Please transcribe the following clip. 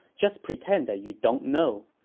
just pretend that you don't know.